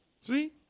See